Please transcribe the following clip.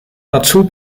dazu